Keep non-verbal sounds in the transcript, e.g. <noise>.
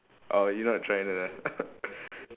oh you're not trying to <coughs>